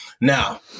Now